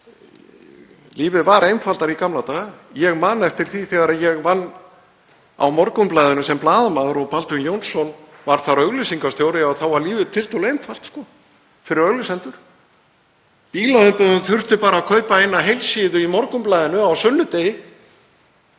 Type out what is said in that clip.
Lífið var einfaldara í gamla daga. Ég man eftir því, þegar ég vann á Morgunblaðinu sem blaðamaður og Baldvin Jónsson var þar auglýsingastjóri, að þá var lífið tiltölulega einfalt fyrir auglýsendur. Bílaumboðin þurftu bara að kaupa eina heilsíðu í Morgunblaðinu á sunnudegi